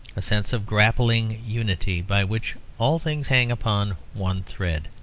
a sense of grappling unity, by which all things hang upon one thread.